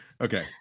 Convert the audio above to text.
Okay